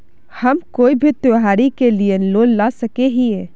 हम कोई भी त्योहारी के लिए लोन ला सके हिये?